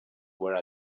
were